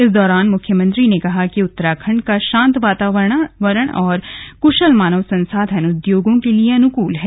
इस दौरान मुख्यमंत्री ने कहा कि उत्तराखण्ड का शांत वातावरण और कूशल मानव संसाधन उद्योगों के लिए अनुकूल है